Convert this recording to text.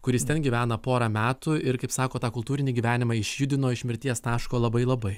kuris ten gyvena porą metų ir kaip sako tą kultūrinį gyvenimą išjudino iš mirties taško labai labai